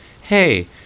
hey